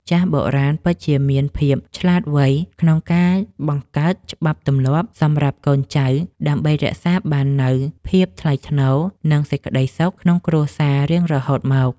ចាស់បុរាណពិតជាមានភាពឆ្លាតវៃក្នុងការបង្កើតច្បាប់ទម្លាប់សម្រាប់កូនចៅ ដើម្បីរក្សាបាននូវភាពថ្លៃថ្នូរ និងសេចក្តីសុខក្នុងគ្រួសាររៀងរហូតមក។